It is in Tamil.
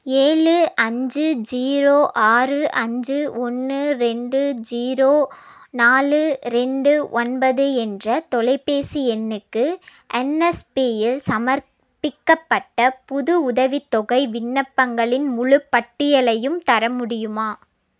ஏழு அஞ்சு ஜீரோ ஆறு அஞ்சு ஒன்று ரெண்டு ஜீரோ நாலு ரெண்டு ஒன்பது என்ற தொலைபேசி எண்ணுக்கு என்எஸ்பியில் சமர்ப்பிக்கப்பட்ட புது உதவித்தொகை விண்ணப்பங்களின் முழுப் பட்டியலையும் தர முடியுமா